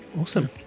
awesome